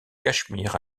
cachemire